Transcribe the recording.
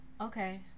okay